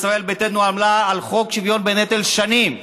ישראל ביתנו עמלה על חוק שוויון בנטל שנים,